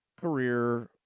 career